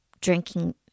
drinking